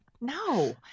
No